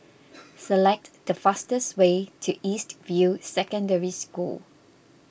select the fastest way to East View Secondary School